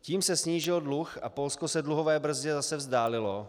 Tím se snížil dluh a Polsko se dluhové brzdě zase vzdálilo.